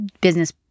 business